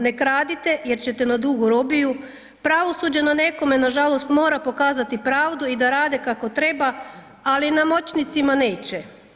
Ne kradite jer ćete na dugu robiju, pravosuđe na nekome nažalost mora pokazati pravdu i da rade kako treba, ali na moćnicima neće.